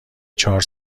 چهار